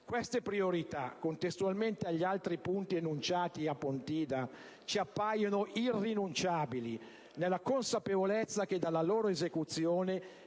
Queste priorità, contestualmente agli altri punti enunciati a Pontida, ci appaiono irrinunciabili, nella consapevolezza che dalla loro esecuzione,